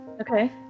Okay